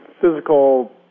physical